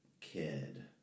kid